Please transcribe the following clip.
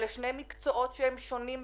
אלה שני מקצועות שהם שונים בתכלית.